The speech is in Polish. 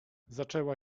zaczęła